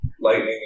lightning